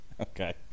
Okay